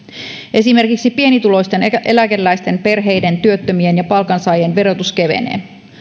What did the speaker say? esimerkiksi pienituloisten eläkeläisten perheiden työttömien ja palkansaajien verotus kevenee